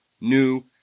new